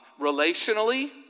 relationally